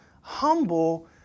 humble